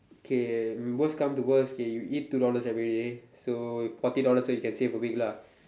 okay um worst come to worst okay you eat two dollars everyday so forty dollars so you can save a week lah